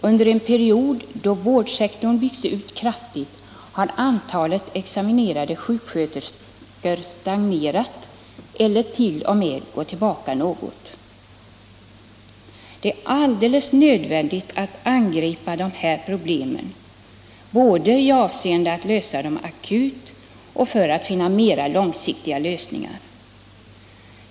Under en period då vårdsektorn byggs ut kraftigt har antalet examinerade sjuksköterskor stagnerat eller t.o.m. gått tillbaka något. Det är alldeles nödvändigt att angripa dessa problem, både med sikte på att lösa de akuta problemen och för att finna mera långsiktiga lösningar.